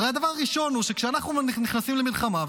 הרי הדבר הראשון הוא שכשאנחנו נכנסים למלחמה,